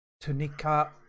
tunica